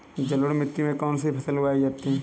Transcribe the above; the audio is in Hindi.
जलोढ़ मिट्टी में कौन कौन सी फसलें उगाई जाती हैं?